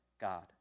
God